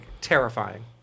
terrifying